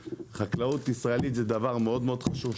החקלאות הישראלית זה דבר מאוד מאוד חשוב,